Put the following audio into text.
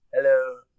Hello